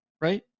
right